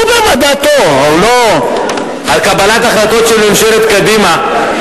נתניהו מפחד מוועדת חקירה,